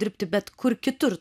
dirbti bet kur kitur